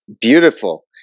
beautiful